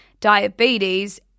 diabetes